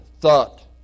thought